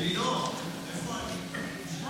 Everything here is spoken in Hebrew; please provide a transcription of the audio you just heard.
לא בעסקים, לא בפיצויים, לא בשיקום, תתביישי לך.